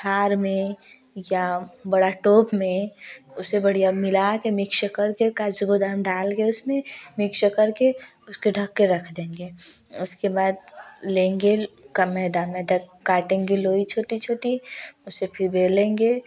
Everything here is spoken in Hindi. थार में या बड़ा टोप में उसे बढ़िया मिला कर मिक्स करके काजू बादाम डाल कर उसमें मिक्स करके उसके ढँक कर रख देंगे उसके बाद लेंगे कम मैदा मैदा काटेंगे लोरी छोटी छोटी उसे फिर बेलेंगे